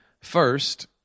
First